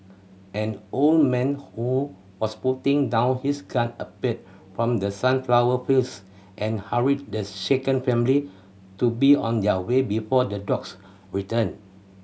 an old man who was putting down his gun appeared from the sunflower fields and hurried the shaken family to be on their way before the dogs return